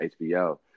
HBO